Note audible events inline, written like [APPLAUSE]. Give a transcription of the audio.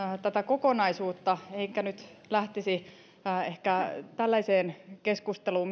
tätä kokonaisuutta enkä nyt lähtisi mielelläni ollenkaan mukaan ehkä tällaiseen keskusteluun [UNINTELLIGIBLE]